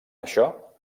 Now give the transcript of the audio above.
això